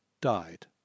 died